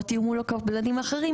או תיאמו לו קו ב- -- אחרים,